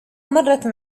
مرة